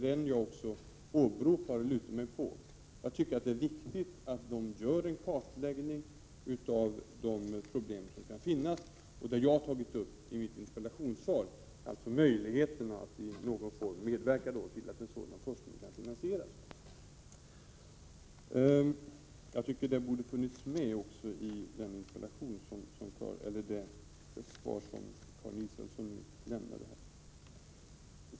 Det är också den undersökning som jag räknar med. Det är viktigt att det görs en kartläggning av problemen, och i mitt interpellationssvar har jag berört möjligheterna att i någon form medverka till finansieringen av sådan forskning. Jag tycker att detta borde ha funnits med i Karin Israelssons anförande.